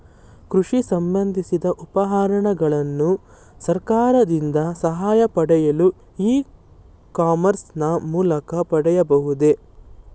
ಕೃಷಿ ಸಂಬಂದಿಸಿದ ಉಪಕರಣಗಳನ್ನು ಸರ್ಕಾರದಿಂದ ಸಹಾಯ ಪಡೆಯಲು ಇ ಕಾಮರ್ಸ್ ನ ಮೂಲಕ ಪಡೆಯಬಹುದೇ?